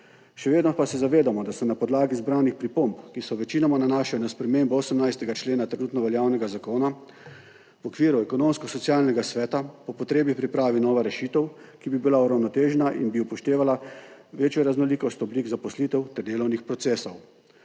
Še vedno pa se zavedamo, da se na podlagi zbranih pripomb, ki se večinoma nanašajo na spremembo 18. člena trenutno veljavnega zakona v okviru Ekonomsko-socialnega sveta po potrebi pripravi nova rešitev, ki bi bila uravnotežena in bi upoštevala večjo raznolikost oblik zaposlitev ter delovnih procesov.